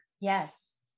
Yes